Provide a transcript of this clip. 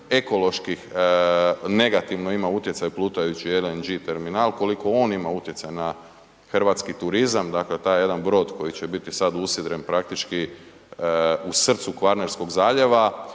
negativno ima utjecaj plutajući LNG terminal, koliko on ima utjecaj na hrvatski turizam, dakle taj jedan brod koji će biti sad usidren praktički u srcu kvarnerskog zaljeva,